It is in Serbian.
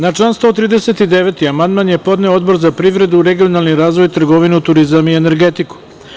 Na član 139. amandman je podneo Odbor za privredu, regionalni razvoj, trgovinu, turizam i energetiku.